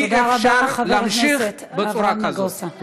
אי-אפשר להמשיך בצורה כזאת.